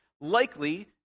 Likely